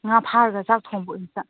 ꯉꯥ ꯐꯥꯔꯒ ꯆꯥꯛ ꯊꯣꯛꯕꯗꯨꯗ